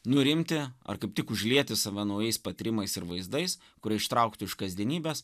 nurimti ar kaip tik užlieti save naujais patyrimais ir vaizdais kurie ištraukti iš kasdienybės